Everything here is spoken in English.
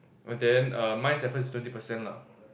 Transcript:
but then err mine is at first twenty percent lah